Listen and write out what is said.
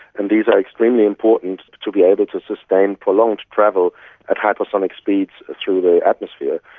and these are extremely important to be able to sustain prolonged travel at hypersonic speeds through the atmosphere.